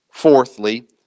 Fourthly